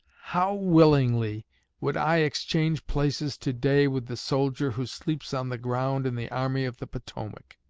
how willingly would i exchange places today with the soldier who sleeps on the ground in the army of the potomac